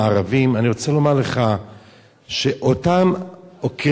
לערבים אני רוצה לומר לך שאותם קריטריונים,